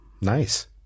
Nice